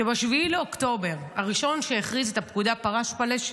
ב-7 באוקטובר היה הראשון שהכריז את הפקודה "פרש פלשת",